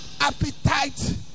appetite